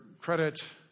credit